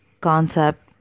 concept